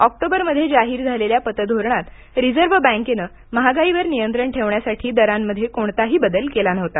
ऑक्टोबरमध्ये जाहीर झालेल्या पतधोरणात रिझर्व बँकेनं महागाईवर नियंत्रण ठेवण्यासाठी दरांमध्ये कोणताही बदल केला नव्हता